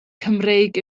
cymreig